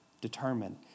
determine